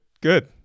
good